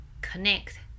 connect